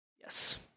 Yes